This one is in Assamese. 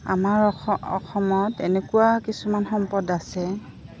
আমাৰ অসমত এনেকুৱা কিছুমান সম্পদ আছে